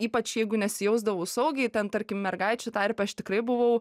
ypač jeigu nesijausdavau saugiai ten tarkim mergaičių tarpe aš tikrai buvau